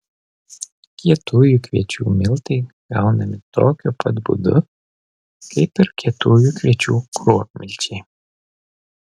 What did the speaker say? kietųjų kviečių miltai gaunami tokiu pat būdu kaip ir kietųjų kviečių kruopmilčiai